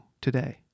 today